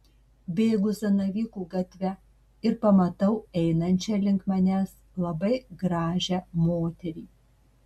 bėgu zanavykų gatve ir pamatau einančią link manęs labai gražią moterį